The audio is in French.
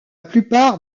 plupart